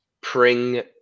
Pring